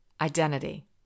identity